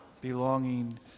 belonging